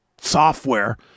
software